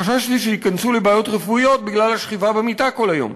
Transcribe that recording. חששתי שייכנסו לבעיות רפואיות בגלל השכיבה במיטה כל היום.